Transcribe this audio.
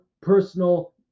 personal